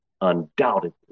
undoubtedly